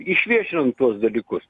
išviešinant tuos dalykus